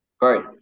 Great